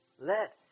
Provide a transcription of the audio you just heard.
Let